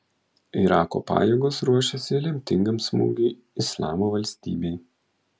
irako pajėgos ruošiasi lemtingam smūgiui islamo valstybei